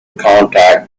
contact